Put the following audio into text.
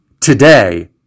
today